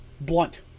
blunt